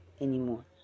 anymore